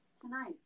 Tonight